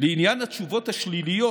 לעניין התשובות השליליות,